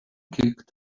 kicked